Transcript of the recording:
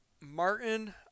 Martin